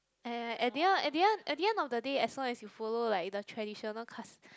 !aiya! at the at the at the end of the day as long as you follow like the traditional cus~